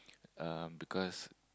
um because